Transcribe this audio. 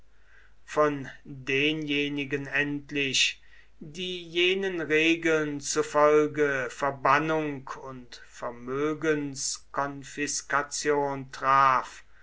von denjenigen endlich die jenen regeln zufolge verbannung und vermögenskonfiskation traf